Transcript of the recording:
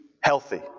healthy